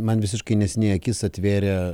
man visiškai neseniai akis atvėrė